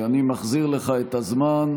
אני מחזיר לך את הזמן.